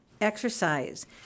exercise